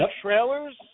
trailers